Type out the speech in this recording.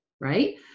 right